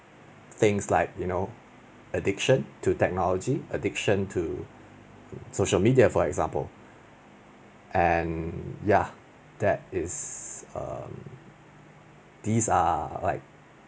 things like you know addiction to technology addiction to social media for example and ya that is um these are like